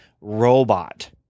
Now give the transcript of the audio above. robot